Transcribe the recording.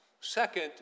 Second